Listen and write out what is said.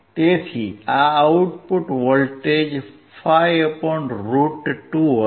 તેથી output voltage 5√2 હશે